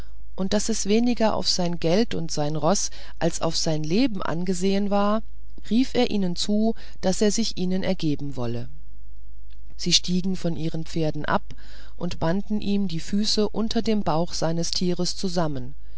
und daß es weniger auf sein geld und sein roß als auf sein leben angesehen war so rief er ihnen zu daß er sich ihnen ergeben wolle sie stiegen von ihren pferden ab und banden ihm die füße unter den bauch seines tieres zusammen